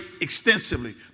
extensively